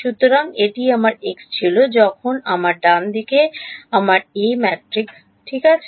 সুতরাং এটি আমার x ছিল যখন আমার ডানদিকে আমার A ম্যাট্রিক্স ঠিক আছে